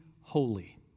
holy